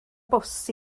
bws